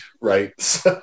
right